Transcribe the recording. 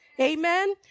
Amen